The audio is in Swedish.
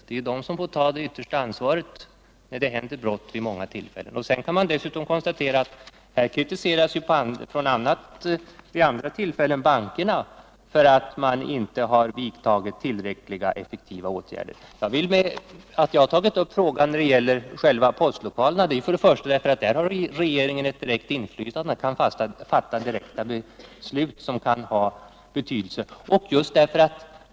Det är ju rikspolisstyrelsen som ofta får ansvaret när brott begås. Dessutom har bankerna vid flera tillfällen kritiserats för att de inte har vidtagit tillräckligt effektiva åtgärder. Orsaken till att jag har tagit upp denna fråga i vad gäller postlokalerna är främst att där har regeringen ett direkt inflytande och kan fatta beslut, men ett sådant beslut har betydelse även för bankerna.